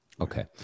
Okay